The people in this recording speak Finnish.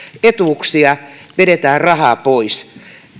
etuuksia vedetään rahaa pois